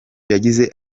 yagize